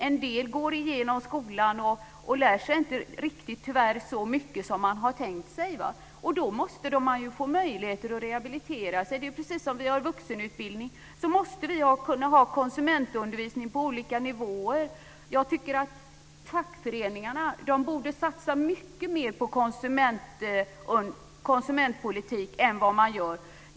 En del går igenom skolan och lär sig tyvärr inte riktigt så mycket som det är tänkt. Då måste man få möjlighet att rehabilitera sig. Precis som vi har vuxenutbildning måste vi kunna ha konsumentundervisning på olika nivåer. Jag tycker att fackföreningarna borde satsa mycket mer på konsumentpolitik än vad de gör.